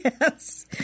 Yes